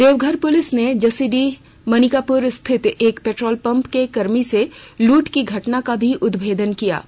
Deoghar police ने जसीडीह मानिकपुर स्थित एक पेट्रोल पंप के कर्मी से लूट की घटना का भी उद्भेदन कर लिया है